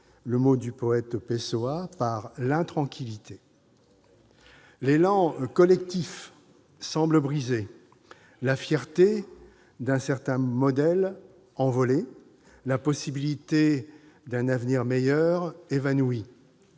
le mot du poète Pessoa, par « l'intranquillité ». Tout à fait ! L'élan collectif semble brisé, la fierté d'un certain modèle, envolée, la possibilité d'un avenir meilleur, évanouie.